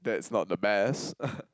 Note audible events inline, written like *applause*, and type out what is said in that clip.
that's not the best *laughs*